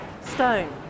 Stone